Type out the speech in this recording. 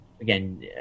again